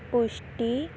ਪੁਸ਼ਟੀ